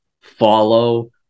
follow